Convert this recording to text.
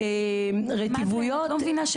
אני מצטערת, חבר הכנסת.